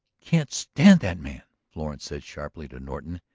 can't stand that man! florence said sharply to norton,